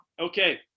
Okay